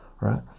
right